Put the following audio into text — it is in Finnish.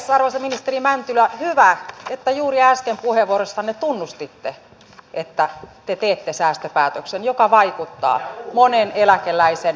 arvoisa ministeri mäntylä hyvä että juuri äsken puheenvuorossanne tunnustitte että te teette säästöpäätöksen joka vaikuttaa monen eläkeläisen toimeentuloon